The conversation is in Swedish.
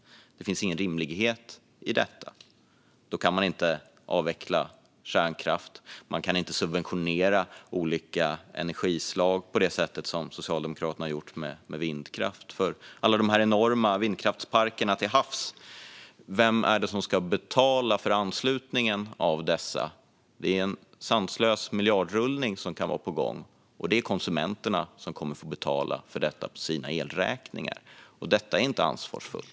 Det finns ingen rimlighet i detta. Då kan man inte avveckla kärnkraft. Man kan inte subventionera olika energislag på det sätt som Socialdemokraterna har gjort med vindkraft, för vem ska betala för anslutningen av alla dessa enorma vindkraftsparker till havs? Det är en sanslös miljardrullning som kan vara på gång, och det är konsumenterna som kommer att få betala för detta på sina elräkningar. Det är inte ansvarsfullt.